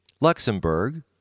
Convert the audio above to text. Luxembourg